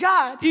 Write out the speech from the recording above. God